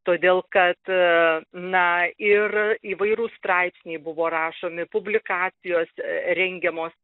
todėl kad na ir įvairūs straipsniai buvo rašomi publikacijos rengiamos